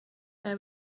there